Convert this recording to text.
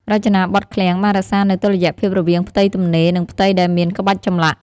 រចនាបថឃ្លាំងបានរក្សានូវតុល្យភាពរវាងផ្ទៃទំនេរ និងផ្ទៃដែលមានក្បាច់ចម្លាក់។